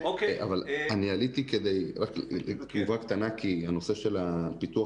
אבל עליתי כדי לתת תגובה קטנה כי הנושא של פיתוח